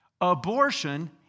Abortion